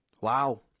Wow